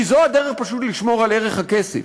כי זו הדרך פשוט לשמור על ערך הכסף.